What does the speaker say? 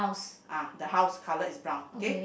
ah the house color is brown okay